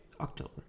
October